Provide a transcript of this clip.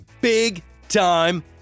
big-time